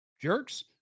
Jerks